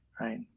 right